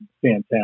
fantastic